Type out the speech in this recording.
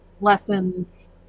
lessons